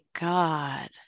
God